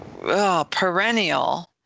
perennial